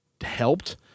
helped –